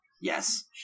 Yes